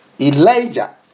Elijah